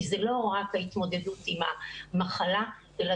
כי זה לא רק ההתמודדות עם המחלה אלא